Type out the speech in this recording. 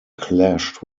clashed